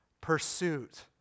pursuit